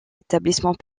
établissement